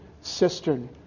cistern